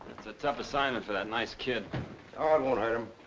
it's a tough assignment for that nice kid. ah it won't hurt him.